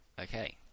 okay